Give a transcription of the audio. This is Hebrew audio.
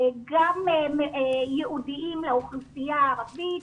גם ייעודים לאוכלוסייה הערבית,